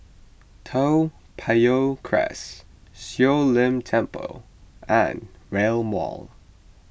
Toa Payoh Crest Siong Lim Temple and Rail Mall